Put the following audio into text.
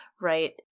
right